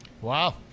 Wow